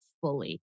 fully